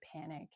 panic